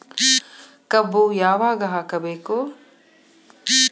ಕಬ್ಬು ಯಾವಾಗ ಹಾಕಬೇಕು?